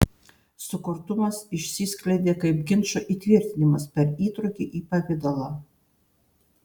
sukurtumas išsiskleidė kaip ginčo įtvirtinimas per įtrūkį į pavidalą